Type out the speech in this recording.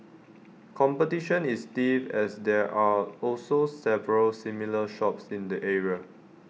competition is stiff as there are also several similar shops in the area